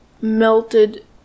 melted